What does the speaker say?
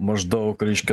maždaug reiškia